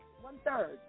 one-third